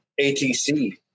atc